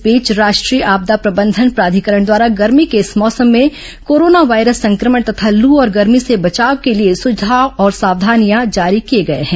इस बीच राष्ट्रीय आपदा प्रबंधन प्राधिकरण द्वारा गर्मी के इस मौसम में कोरोना वायरस संक्रमण तथा लू और गर्मी से बचाव के लिए सुझाव और सावधानियां जारी किए गए हैं